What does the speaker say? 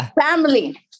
Family